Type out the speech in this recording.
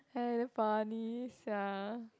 hey damn funny sia